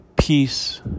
peace